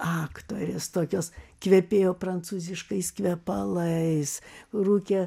aktorės tokios kvepėjo prancūziškais kvepalais rūkė